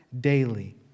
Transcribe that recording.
daily